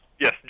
Yes